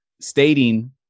stating